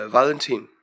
Valentine